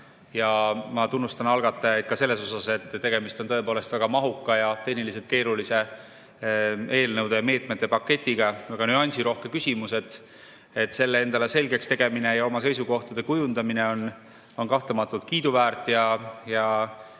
Ma tunnustan algatajaid ka selle eest, et tegemist on tõepoolest väga mahuka ja tehniliselt keerulise eelnõude ja meetmete paketiga, see on väga nüansirohke küsimus. Selle endale selgeks tegemine ja oma seisukohtade kujundamine on kahtlematult kiiduväärt ja